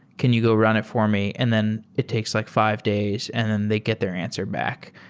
can you go run it for me? and then it takes like five days and then they get their answer back.